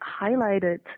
highlighted